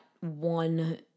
one